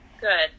good